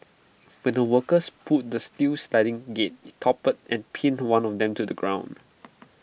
when the workers pulled the steel sliding gate IT toppled and pinned one of them to the ground